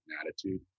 attitude